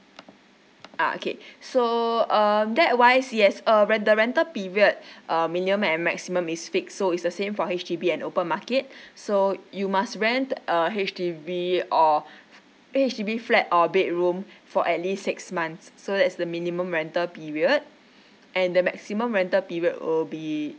ah okay so um that wise yes err rent the rental period err minimum and maximum is fixed so it's the same for H_D_B and open market so you must rent err H_D_B or a H_D_B flat or bedroom for at least six months so that's the minimum rental period and the maximum rental period will be